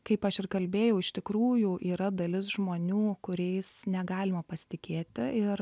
kaip aš ir kalbėjau iš tikrųjų yra dalis žmonių kuriais negalima pasitikėti ir